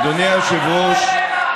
אדוני היושב-ראש,